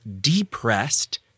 depressed